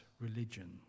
religion